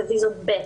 זה ויזות ב'.